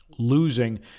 losing